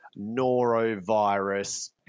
norovirus